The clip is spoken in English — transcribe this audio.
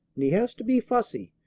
and he has to be fussy.